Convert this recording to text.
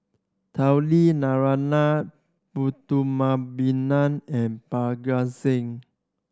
Tao Li Narana Putumaippittan and Parga Singh